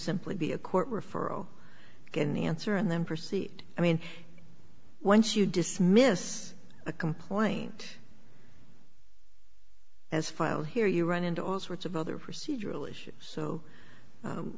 simply be a court referral get an answer and then proceed i mean once you dismissed a complaint as file here you run into all sorts of other procedural issues so